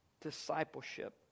Discipleship